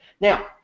Now